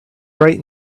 right